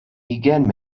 ugain